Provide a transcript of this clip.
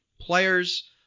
players